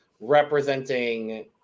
representing